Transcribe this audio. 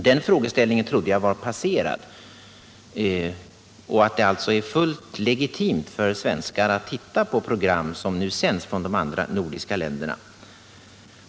Den frågeställningen trodde jag var passerad och att det alltså är fullt legitimt för svenskar att titta på program som sänds i de andra nordiska länderna.